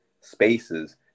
spaces